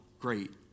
great